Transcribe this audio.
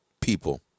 People